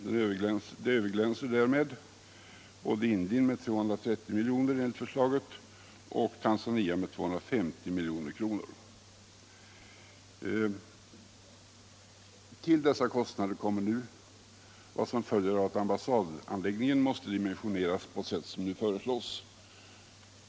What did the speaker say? Det överglänser därmed både Indien, som får 230 milj.kr. enligt förslaget, och Tanzania som får 250 milj.kr. Till dessa kostnader kommer vad som följer av att ambassadanläggningen måste dimensioneras på sätt som nu föreslås.